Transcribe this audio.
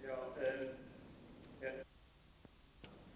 Fru